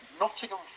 Nottingham